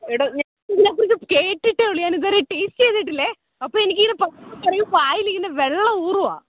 എടൊ ഞാൻ ഇതിനെക്കുറിച്ച് കേട്ടിട്ടെ ഉള്ളു ഞാനിതുവരെ ടേസ്റ്റ് ചെയ്തിട്ടില്ലെ അപ്പോൾ എനിക്കിതിനെ വായിലിങ്ങനെ വെള്ളവും ഊറുകയാണ്